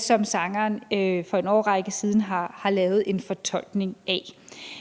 som sangeren for en årrække siden har lavet en fortolkning af.